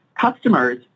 Customers